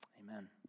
amen